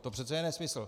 To přece je nesmysl!